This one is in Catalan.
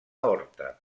horta